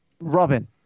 Robin